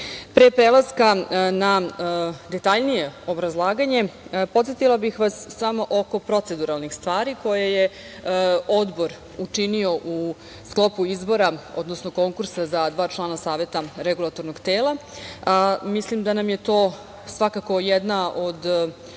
prelaska na detaljnije obrazlaganje, podsetila bih vas samo oko proceduralnih stvari koje je Odbor učinio u sklopu izbora, odnosno konkursa za dva člana Saveta REM-a. Mislim da nam je to svakako jedna od